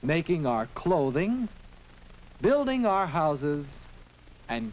making our clothing building our houses and